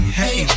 hey